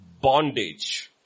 bondage